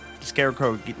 Scarecrow